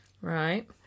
Right